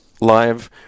Live